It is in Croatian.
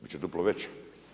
Bit će duplo veća.